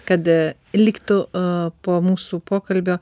kad liktų a po mūsų pokalbio